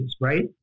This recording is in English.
right